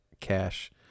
Cash